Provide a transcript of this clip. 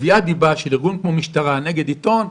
תביעת דיבה של ארגון כמו משטרה נגד עיתון,